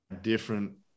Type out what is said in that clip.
different